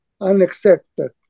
unaccepted